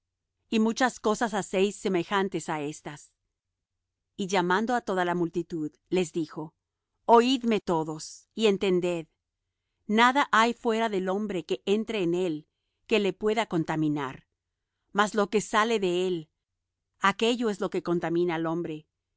y muchas cosas hacéis semejantes á éstas y llamando á toda la multitud les dijo oidme todos y entended nada hay fuera del hombre que entre en él que le pueda contaminar mas lo que sale de él aquello es lo que contamina al hombre